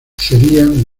serían